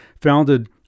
founded